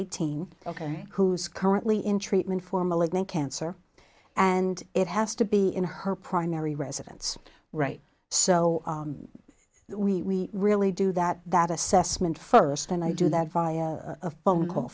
eighteen ok who's currently in treatment for malignant cancer and it has to be in her primary residence right so we really do that that assessment first and i do that via a phone call